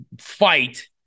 fight